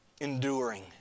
enduring